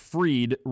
Freed